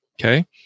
Okay